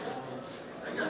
הישיבה